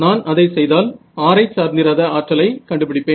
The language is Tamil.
நான் அதை செய்தால் r ஐ சார்ந்திராத ஆற்றலை கண்டுபிடிப்பேன்